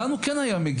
לאן הוא כן היה מגיע?